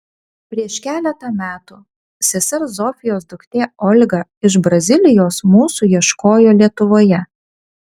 prieš keletą metų sesers zofijos duktė olga iš brazilijos mūsų ieškojo lietuvoje